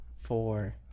four